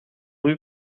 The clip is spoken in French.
rue